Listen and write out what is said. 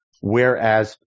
Whereas